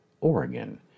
Oregon